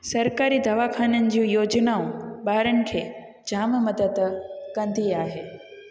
सरकारी दवाखाननि जूं योजनाऊं ॿारनि खे जाम मदद कंदी आहे